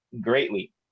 greatly